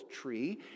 tree